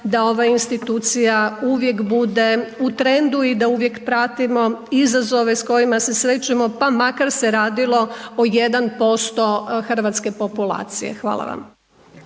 da ova institucija uvijek bude u trendu i da uvijek pratimo izazove s kojima se susrećemo pa makar se radilo o 1% hrvatske populacije. Hvala vam.